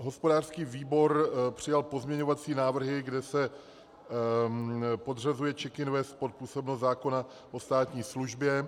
Hospodářský výbor přijal pozměňovací návrhy, kde se podřazuje CzechInvest pod působnost zákona o státní službě.